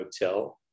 Hotel